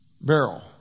barrel